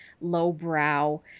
lowbrow